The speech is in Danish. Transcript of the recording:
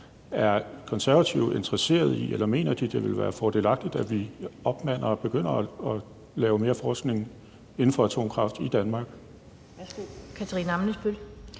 Er Konservative interesseret i eller mener de, at det vil være fordelagtigt, at vi opmander og begynder at lave mere forskning inden for atomkraft i Danmark?